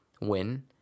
win